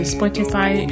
Spotify